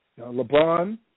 LeBron